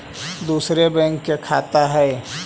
दुसरे बैंक के खाता हैं?